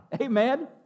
Amen